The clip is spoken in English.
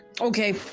Okay